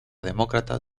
demócrata